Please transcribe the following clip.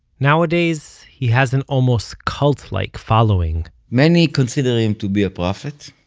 nowadays, he has an almost cult-like following many consider him to be a prophet.